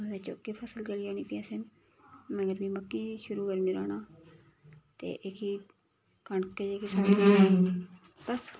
बाद च ओह्की फसल चली जानी फ्ही असें मगर फ्ही मक्कें गी शुरू करी ओड़नी राह्ना ते एह्की कनक ऐ जेह्की साढ़ी बस